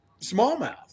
smallmouth